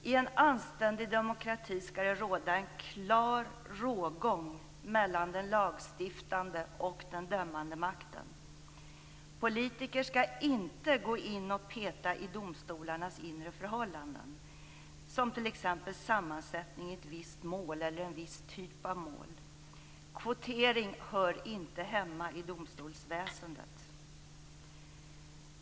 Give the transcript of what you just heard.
I en anständig demokrati skall det finnas en klar rågång mellan den lagstiftande och den dömande makten. Politiker skall inte gå in och peta i domstolarnas inre förhållanden, som t.ex. sammansättningen i ett viss mål eller i en viss typ av mål. Kvotering hör inte hemma i domstolsväsendet.